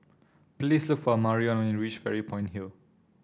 please look for Amarion when you reach Fairy Point Hill